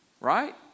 right